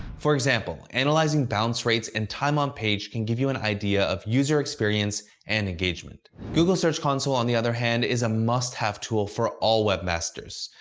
for example, analyzing bounce rates and time on page can give you an idea of user experience and engagement. google search console on the other hand is a must-have tool for all webmasters.